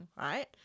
right